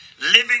Living